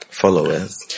followers